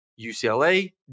UCLA